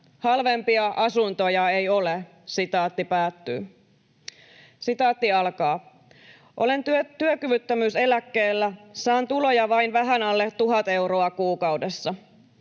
Halvempia asuntoja ei ole.” ”Olen työkyvyttömyyseläkkeellä. Saan tuloja vain vähän alle 1 000 euroa kuukaudessa.